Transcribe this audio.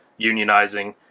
unionizing